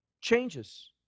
changes